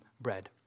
bread